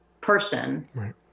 person